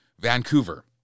Vancouver